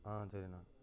ஆ சரிண்ணா